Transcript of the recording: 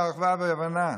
אחווה והבנה,